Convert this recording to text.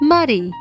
Muddy